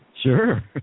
Sure